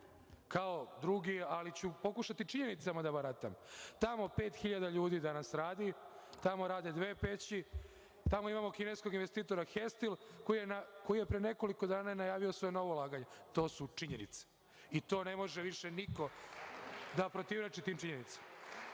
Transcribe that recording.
kao drugi, ali ću pokušati činjenicama da baratam. Tamo radi danas 5.000 ljudi, tamo rade dve peći, tamo imamo kineskog investitora „Hestil“ koji je pre nekoliko dana najavio svoje novo ulaganje. To su činjenice i to ne može više niko da pobije. Treća